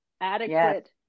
adequate